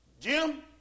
Jim